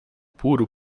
puro